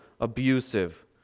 abusive